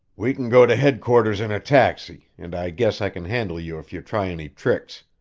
we can go to headquarters in a taxi, and i guess i can handle you if you try any tricks,